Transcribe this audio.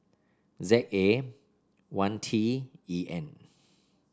Z A one T E N